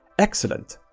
excellent.